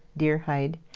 deer hide.